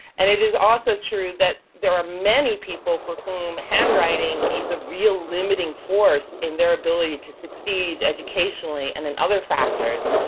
and it is also true that there are many people for whom handwriting is a real limiting force in their ability to succeed educationally and in other factors,